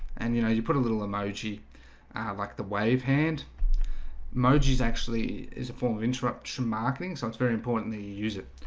and you know you put a little emoji like the wave hand mo g's actually is a form of interruption marketing. so it's very important that you use it.